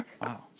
Wow